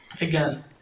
again